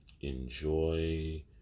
Enjoy